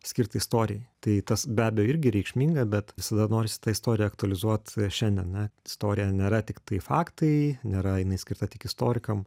skirtą istorijai tai tas be abejo irgi reikšminga bet visada norisi tą istoriją aktualizuot šiandien ne istorija nėra tiktai faktai nėra jinai skirta tik istorikam